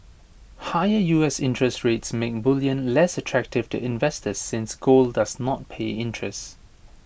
higher U S interest rates make bullion less attractive to investors since gold does not pay interest